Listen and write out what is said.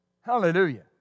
Hallelujah